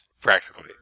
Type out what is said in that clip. practically